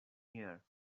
here